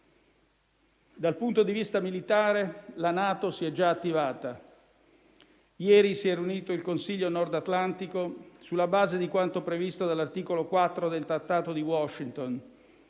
Dal punto di vista militare la NATO si è già attivata. Ieri si è riunito il Consiglio del Nord Atlantico, sulla base di quanto previsto dall'articolo 4 del Trattato di Washington,